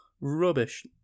Rubbish